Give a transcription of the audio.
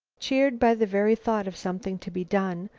cheered by the very thought of something to be done,